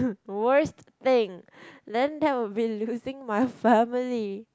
worst thing then that would be losing my family